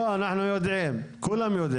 לא, לא , אנחנו יודעים, כולם יודעים.